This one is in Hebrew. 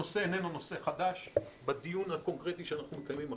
הנושא איננו נושא חדש בדיון הקונקרטי שאנחנו מקיימים עכשיו,